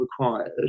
required